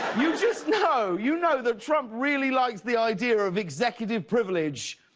you just know, you know that trump really likes the idea of executive privilege,